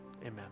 Amen